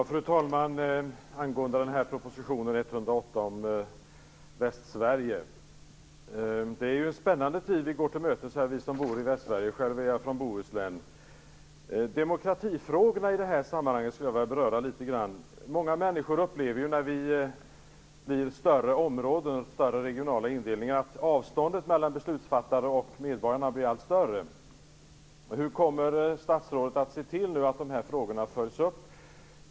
Fru talman! Det gäller proposition 108 om Västsverige. Det är en spännande tid som vi som bor i Västsverige går till mötes. Själv är jag från Bohuslän. Jag skulle litet grand vilja beröra demokratifrågorna i sammanhanget. När det blir ett större område, en större regional indelning, upplever många att avståndet mellan beslutsfattare och medborgare blir allt större. Hur kommer statsrådet att se till att dessa frågor följs upp?